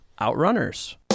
outrunners